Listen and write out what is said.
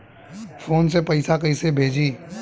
Phone से पैसा कैसे भेजी?